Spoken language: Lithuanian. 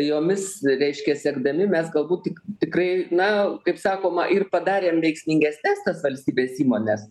jomis reiškia sekdami mes galbūt tik tikrai na kaip sakoma ir padarėm veiksmingesnes tas valstybės įmonės